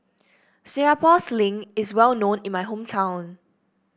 Singapore Sling is well known in my hometown